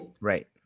Right